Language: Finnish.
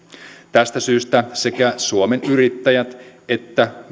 tästä syystä sekä suomen yrittäjät että